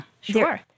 sure